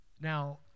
Now